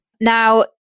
Now